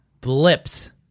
blips